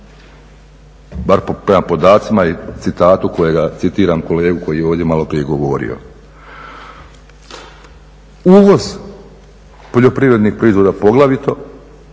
Uvoz, poljoprivrednih proizvoda poglavito,